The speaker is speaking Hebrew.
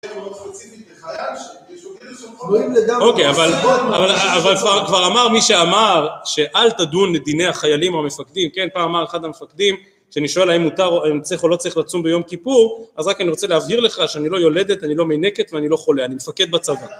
זה לא ספציפי לחייל, זה שהוא כאילו שהוא חבורים לדם אוקיי, אבל כבר אמר מי שאמר שאל תדון לדיני החיילים או המפקדים כן, פעם אמר אחד המפקדים, כשאני שואל האם הוא צריך או לא צריך לצום ביום כיפור אז רק אני רוצה להבהיר לך שאני לא יולדת, אני לא מנקת ואני לא חולה, אני מפקד בצבא